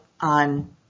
on